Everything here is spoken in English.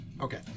Okay